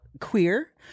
queer